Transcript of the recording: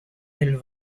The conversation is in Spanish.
del